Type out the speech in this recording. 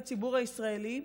לציבור הישראלי,